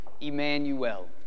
Emmanuel